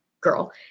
girl